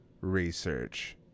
Research